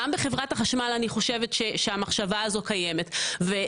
גם בחברת החשמל אני חושבת שהמחשבה הזו קיימת.